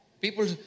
People